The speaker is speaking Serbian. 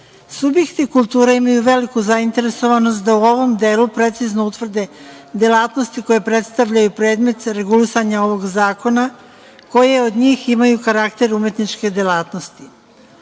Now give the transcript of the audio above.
Subjekti kulture imaju veliku zainteresovanost da u ovom delu precizno utvrde delatnosti koje predstavljaju predmet sa regulisanjem ovog zakona koji od njih imaju karakter umetničke delatnosti.U